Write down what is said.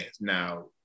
Now